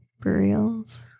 burials